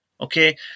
okay